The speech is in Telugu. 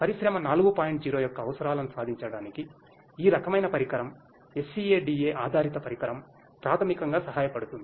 0 యొక్క అవసరాలను సాధించడానికి ఈ రకమైన పరికరం SCADA ఆధారిత పరికరం ప్రాథమికంగా సహాయపడుతుంది